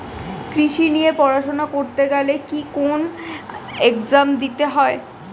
কৃষি নিয়ে পড়াশোনা করতে গেলে কি কোন এগজাম দিতে হয়?